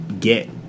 get